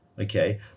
okay